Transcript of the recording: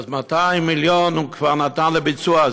200 מיליון הוא כבר נתן לביצוע.